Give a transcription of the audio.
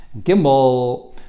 Gimbal